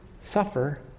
suffer